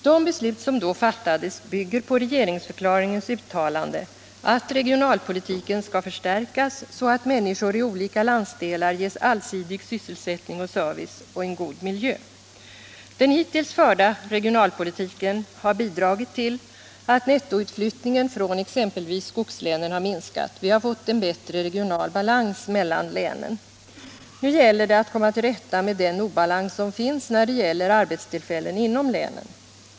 De beslut som då fattades bygger på regeringsförklaringens uttalande, att regionalpolitiken skall förstärkas, så att människor i olika landsdelar ges allsidig sysselsättning och service och en god miljö. Den hittills förda regionalpolitiken har bidragit till att nettoutflyttningen från exempelvis skogslänen har minskat. Vi har fått en bättre regional balans mellan länen. Nu gäller det att komma till rätta med den obalans som finns när det gäller arbetstillfällen inom länen.